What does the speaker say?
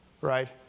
Right